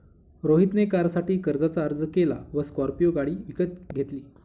रोहित ने कारसाठी कर्जाचा अर्ज केला व स्कॉर्पियो गाडी विकत घेतली